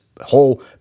whole